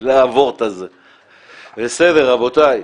בסדר, רבותיי.